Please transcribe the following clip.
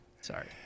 Sorry